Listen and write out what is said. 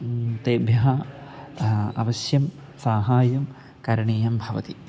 तेभ्यः अवश्यं साहाय्यं करणीयं भवति